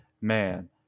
man